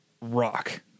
rock